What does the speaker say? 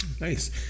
Nice